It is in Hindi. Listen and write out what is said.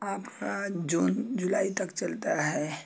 आपका जून जुलाई तक चलता है